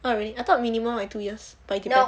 oh really I thought minimum must two years but it depends